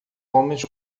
homens